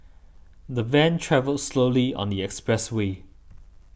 the van travelled slowly on the expressway